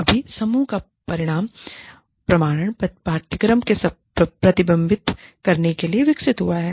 अभी समूह का परिणाम प्रमाणन पाठ्यक्रम में प्रतिबिंबित करने के लिए विकसित हुआ है